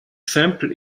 simple